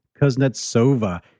Kuznetsova